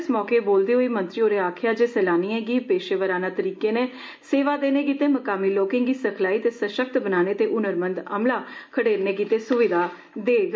इस मौके बोलदे होई मंत्री होरें आक्खेआ जे सैलानिएं गी पेशवराना तरीके नै सेवा देने गितै मकामी लोकें गी सिखलाई ते सशक्त बनाने ते हनरमंद अमला खडेरने गितै स्विधा देग